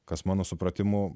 kas mano supratimu